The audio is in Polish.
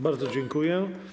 Bardzo dziękuję.